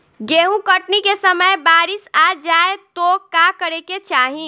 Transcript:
गेहुँ कटनी के समय बारीस आ जाए तो का करे के चाही?